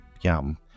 yum